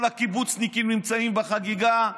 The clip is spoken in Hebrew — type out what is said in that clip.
כל הקיבוצניקים נמצאים בחגיגה,